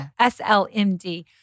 SLMD